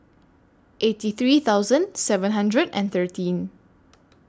eighty three thousand seven hundred and thirteen